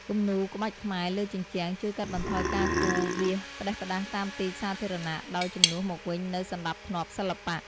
គំនូរក្បាច់ខ្មែរលើជញ្ជាំងជួយកាត់បន្ថយការគូរវាសផ្ដេសផ្ដាស់តាមទីសាធារណៈ ដោយជំនួសមកវិញនូវសណ្ដាប់ធ្នាប់សិល្បៈ។